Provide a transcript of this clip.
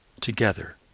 together